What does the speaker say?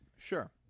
Sure